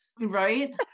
Right